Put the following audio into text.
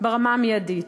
ברמה המיידית,